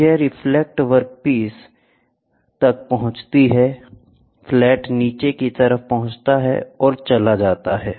तो यह reflect workpiece तक पहुंचता है फ्लैट नीचे की तरफ पहुंचता है और चला जाता है